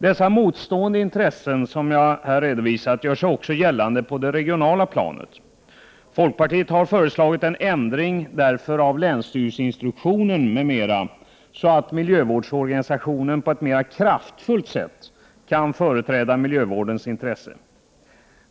Dessa motstående intressen, som jag nyss berörde, gör sig också gällande på det regionala planet. Folkpartiet har därför föreslagit en ändring av länsstyrelseinstruktionen m.m. för att miljövårdsorganisationen på ett mera kraftfullt sätt skall kunna företräda miljövårdens intressen.